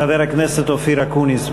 חבר הכנסת אופיר אקוניס.